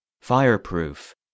fireproof